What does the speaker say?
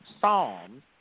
psalms